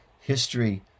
history